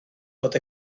bod